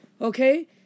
Okay